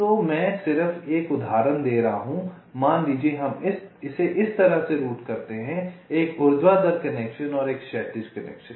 तो मैं सिर्फ एक उदाहरण दे रहा हूं मान लीजिए हम इसे इस तरह से रूट करते हैं एक ऊर्ध्वाधर कनेक्शन और एक क्षैतिज कनेक्शन